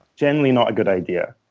generally not a good idea.